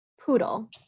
Poodle